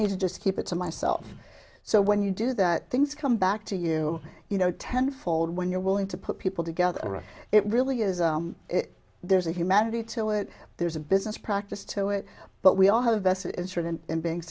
need to just keep it to myself so when you do that things come back to you you know tenfold when you're willing to put people together it really is there's a humanity to it there's a business practice to it but we all have a